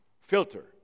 Filter